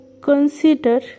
consider